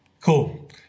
Cool